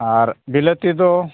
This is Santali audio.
ᱟᱨ ᱵᱤᱞᱟᱹᱛᱤ ᱫᱚ